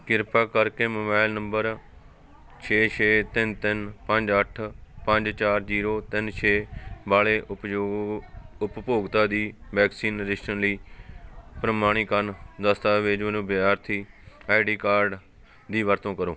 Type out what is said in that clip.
ਕਿਰਪਾ ਕਰਕੇ mobile number ਛੇ ਛੇ ਤਿੰਨ ਤਿੰਨ ਪੰਜ ਅੱਠ ਪੰਜ ਚਾਰ ਜੀਰੋ ਤਿੰਨ ਛੇ ਵਾਲੇ ਉਪਯੋ ਉਪਭੋਗਤਾ ਦੀ ਵੈਕਸੀਨ ਰਜਿਸ਼ਰਨ ਲਈ ਪ੍ਰਮਾਣੀਕਰਨ ਦਸਤਾਵੇਜ਼ ਵਜੋਂ ਵਿਦਿਆਰਥੀ ਆਈ ਡੀ ਕਾਰਡ ਦੀ ਵਰਤੋਂ ਕਰੋ